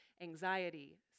anxiety